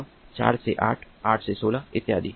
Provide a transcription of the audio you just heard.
अब 4 से 8 8 से 16 इत्यादि